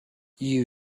you